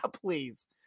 Please